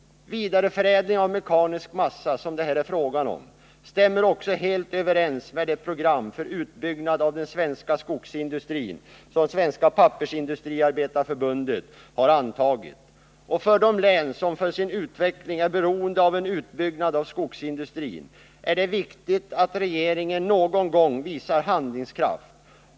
Vidareförädling av mekanisk massa, som det här är fråga om, stämmer också helt överens med det program för utbyggnad av den svenska skogsindustrin som Svenska pappersindustriarbetareförbundet har antagit. För de län som för sin utveckling är beroende av en utbyggnad av skogsindustrin är det viktigt att regeringen någon gång visar handlingskraft.